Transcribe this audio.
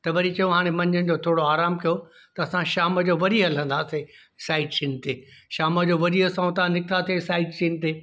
त वरी चयूं हाणे मंझंदि जो थोरो आराम कयो त असां शाम जो वरी हलंदासीं साइट सीन ते शाम जो वरी असां उतां निकितासीं साइट सीन ते